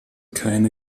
keine